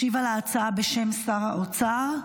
ישיב על ההצעה, בשם שר האוצר,